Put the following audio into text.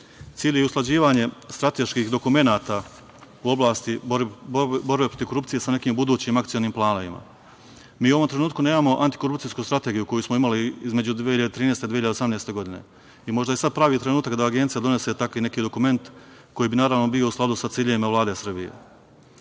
Cilj je usklađivanje strateških dokumenata u oblati borbe protiv korupcije sa nekim budućim akcionim planovima. Mi u ovom trenutku nemamo antikorupcijsku strategiju koju smo imali između 2013. do 2018. godine. Možda je sada pravi trenutak da Agencija donese tako neki dokument koji bi naravno bio u skladu sa ciljevima Vlade